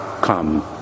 come